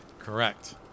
correct